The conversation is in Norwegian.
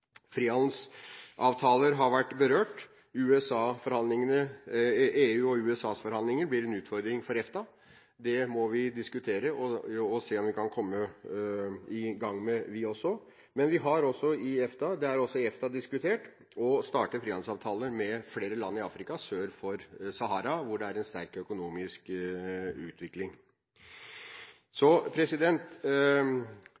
Frihandelsavtaler har vært berørt. EUs og USAs forhandlinger blir en utfordring for EFTA. Det må vi diskutere og se om vi kan komme i gang med, vi også. Det er også i EFTA diskutert å starte frihandelsavtaler med flere land i Afrika sør for Sahara, hvor det er en sterk økonomisk utvikling.